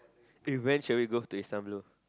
eh when should we go to Istanbul